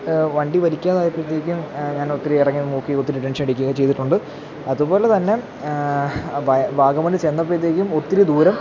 വണ്ടി വലിക്കാതായപ്പോഴത്തേക്കും ഞാൻ ഒത്തിരി ഇറങ്ങിനിന്ന് നോക്കി ഒത്തിരി ടെൻഷനടിക്കുകയൊക്കെ ചെയ്തിട്ടുണ്ട് അതുപോലെ തന്നെ വാ വാഗമണ്ണ് ചെന്നപ്പോഴത്തേക്കും ഒത്തിരി ദൂരം